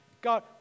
God